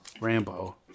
Rambo